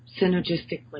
synergistically